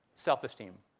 self-esteem,